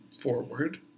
forward